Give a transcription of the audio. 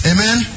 Amen